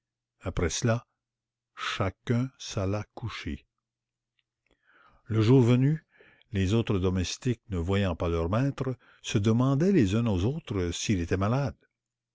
après cela chacun s'alla coucher le jour venu les autres domestiques ne voyant pas leur maître se demandaient les uns aux autres s'il était malade